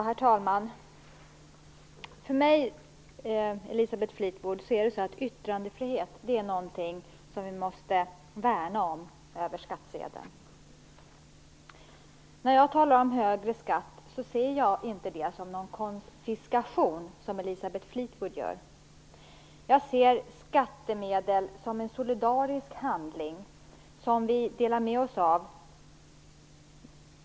Herr talman! Yttrandefrihet, Elisabeth Fleetwood, är något som vi måste värna över skattsedeln. När jag talar om högre skatt ser jag inte det som en konfiskation, vilket däremot Elisabeth Fleetwood gör. Jag ser skattemedlen som något solidariskt som vi delar med oss av.